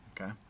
Okay